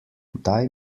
daj